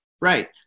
Right